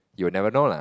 you never know lah